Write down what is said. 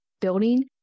building